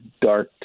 dark